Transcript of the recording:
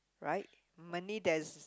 right money there's